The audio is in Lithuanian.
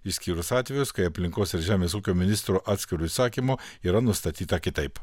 išskyrus atvejus kai aplinkos ir žemės ūkio ministro atskiru įsakymu yra nustatyta kitaip